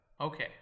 Okay